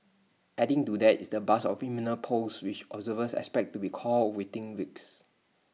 adding to that is the buzz of imminent polls which observers expect to be called within weeks